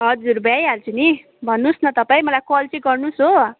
हजुर भ्याइहाल्छु नि भन्नुहोस् न तपाईँ मलाई कल चाहिँ गर्नु होस् हो